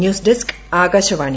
news desk Akashvani